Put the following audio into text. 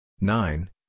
nine